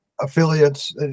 affiliates